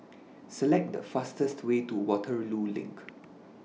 Select The fastest Way to Waterloo LINK